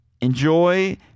Enjoy